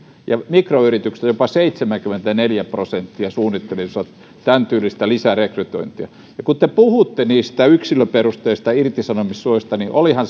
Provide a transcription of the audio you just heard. mikroyrityksistä jopa seitsemänkymmentäneljä prosenttia suunnittelisi tämäntyylistä lisärekrytointia kun te puhutte niistä yksilöperusteisista irtisanomissuojista niin olihan